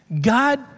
God